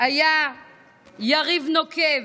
היה יריב נוקב,